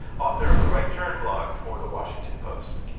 author of the right turn blog for the washington post.